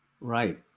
Right